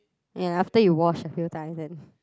ya after you wash a few times then